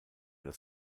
das